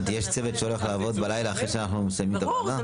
צוות שהולך לעבוד בלילה אחרי שאנחנו מסיימים?